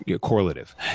correlative